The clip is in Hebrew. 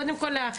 קודם כל,